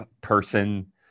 person